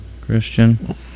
Christian